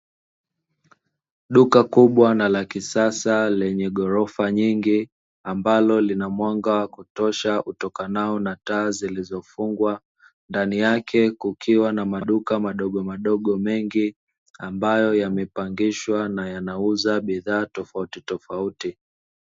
Duka kubwa na la kisasa lenye ghorofa nyingi, ambalo lina mwanga wa kutosha utokanao na taa zilizofungwa, ndani yake kukiwa na maduka madogomadogo mengi, ambayo yamepangishwa na yanauza bidhaa tofautitofauti.